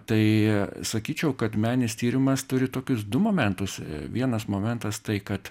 tai sakyčiau kad menis tyrimas turi tokius du momentus vienas momentas tai kad